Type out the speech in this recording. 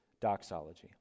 doxology